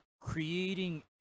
creating